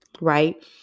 right